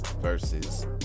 versus